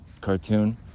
cartoon